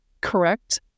correct